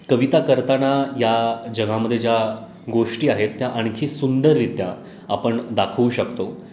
कविता करताना या जगामध्ये ज्या गोष्टी आहेत त्या आणखी सुंदररित्या आपण दाखवू शकतो